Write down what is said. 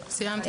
סיימתי.